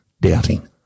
doubting